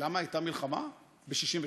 למה הייתה מלחמה ב-1967?